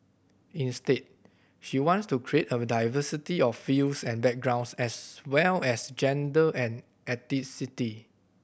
instead she wants to create diversity of fields and backgrounds as well as gender and ethnicity